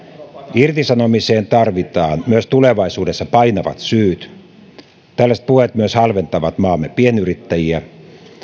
irtisanomiseen tarvitaan myös tulevaisuudessa painavat syyt tällaiset puheet myös halventavat maamme pienyrittäjiä